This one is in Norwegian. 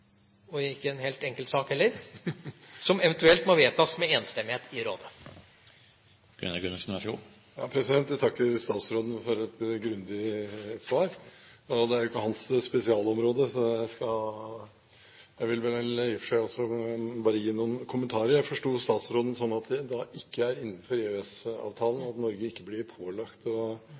ikke en helt enkel sak heller – som eventuelt må vedtas med enstemmighet i Rådet. Jeg takker statsråden for et grundig svar. Det er jo ikke hans spesialområde, så jeg vil bare gi noen kommentarer. Jeg forsto statsråden sånn at det ikke inngår i EØS-avtalen, slik at Norge ikke blir pålagt å